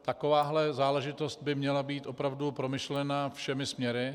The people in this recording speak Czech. Taková záležitost by měla být opravdu promyšlena všemi směry.